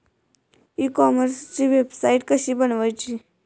E कॉमर्सची वेबसाईट कशी बनवची?